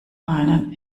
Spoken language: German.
einen